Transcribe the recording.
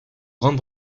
grande